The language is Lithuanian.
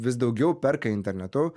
vis daugiau perka internetu